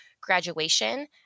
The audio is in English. graduation